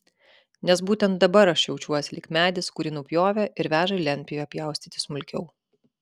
nes būtent dabar aš jaučiuos lyg medis kurį nupjovė ir veža į lentpjūvę pjaustyti smulkiau